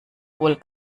wohl